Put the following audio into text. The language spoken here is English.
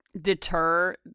deter